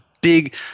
big